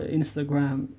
Instagram